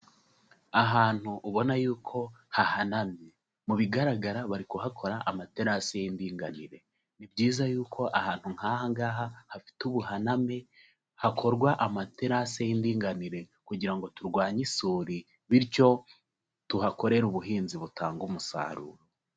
Ahantu ubona yuko hahanamye, mu bigaragara bari kuhakora amaterasi y'indinganire. Ni byiza yuko ahantu nk'aha ngaha hafite ubuhaname, hakorwa amaterase y'indinganire kugira ngo turwanye isuri, bityo tuhakorere ubuhinzi butangage umusaruro.